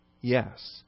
Yes